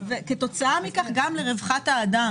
וכתוצאה מכך גם לרווחת האדם.